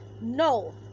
no